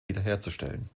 wiederherzustellen